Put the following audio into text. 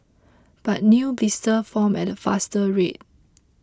but new blisters formed at a faster rate